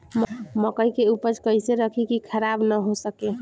मकई के उपज कइसे रखी की खराब न हो सके?